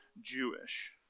Jewish